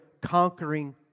conquering